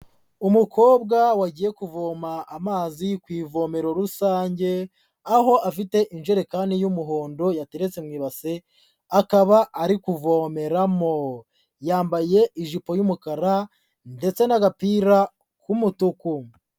Umukobwa wagiye kuvoma amazi ku ivomero rusange, aho afite injerekani y'umuhondo yateretse mu ibase, akaba ari kuvomeramo, yambaye ijipo y'umukara ndetse n'agapira k'umutuku.